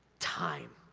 time.